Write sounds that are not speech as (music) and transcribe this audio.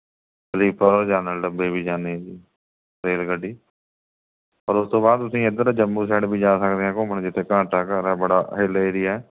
(unintelligible) general ਡੱਬੇ ਵੀ ਜਾਂਦੇ ਹੈ ਜੀ ਰੇਲਗੱਡੀ ਔਰ ਉਸਤੋਂ ਬਾਅਦ ਤੁਸੀਂ ਇੱਧਰ ਜੰਮੂ ਸਾਈਡ ਵੀ ਜਾ ਸਕਦੇ ਹੋ ਘੁੰਮਣ ਜਿੱਥੇ ਘੰਟਾ ਘਰ ਹੈ ਬੜਾ ਹਿੱਲ ਏਰੀਆ ਹੈ